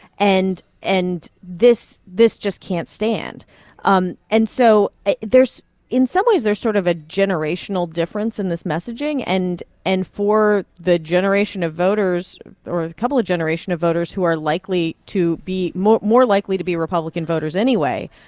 and and this this just can't stand um and so there's in some ways, there's sort of a generational difference in this messaging. and and for the generation of voters or the couple of generation of voters who are likely to be more more likely to be republican voters anyway,